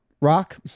rock